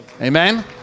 amen